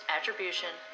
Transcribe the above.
Attribution